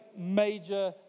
major